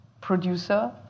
producer